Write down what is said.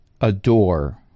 adore